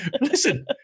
Listen